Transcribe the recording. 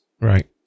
Right